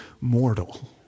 mortal